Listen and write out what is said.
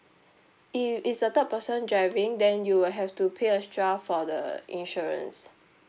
if it's a third person driving then you will have to pay extra for the insurance